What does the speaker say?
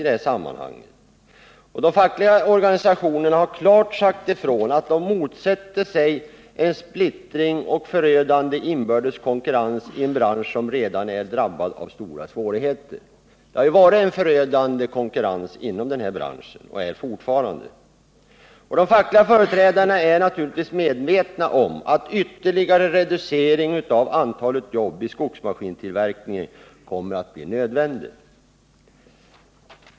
De fackliga organisationerna har i det här sammanhanget klart sagt ifrån att de motsätter sig en splittring och en förödande inbördes konkurrens i en bransch som redan är drabbad av stora svårigheter. Det har ju varit en förödande konkurrens inom den här branschen, och det är det fortfarande. De fackliga företrädarna är naturligtvis medvetna om att en ytterligare reducering av antalet jobb i skogsmaskinstillverkningen kommer att bli nödvändig.